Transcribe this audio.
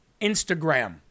Instagram